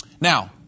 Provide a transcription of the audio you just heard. Now